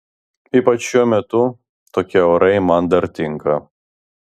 ypač šiuo metu tokie orai man dar tinka